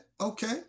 okay